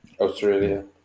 Australia